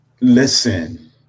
Listen